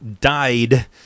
died